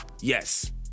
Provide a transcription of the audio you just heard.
Yes